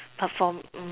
perform